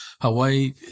Hawaii